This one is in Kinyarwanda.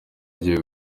agiye